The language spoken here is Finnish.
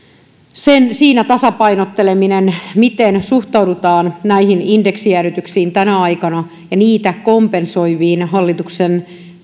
siinä tasapainotteleminen miten suhtaudutaan näihin indeksijäädytyksiin tänä aikana ja niitä kompensoiviin hallituksen